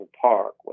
park